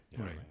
Right